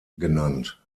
genannt